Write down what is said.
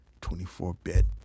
24-bit